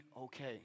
okay